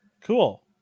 Cool